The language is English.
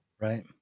right